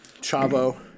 Chavo